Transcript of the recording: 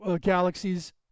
galaxies